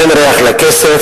אין ריח לכסף,